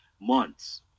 months